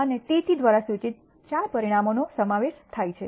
અને TT દ્વારા સૂચિત 4 પરિણામોનો સમાવેશ થાય છે